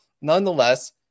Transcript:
nonetheless